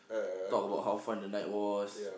talk about how fun the night was